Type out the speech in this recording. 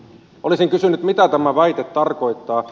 olisin kysynyt mitä tämä väite tarkoittaa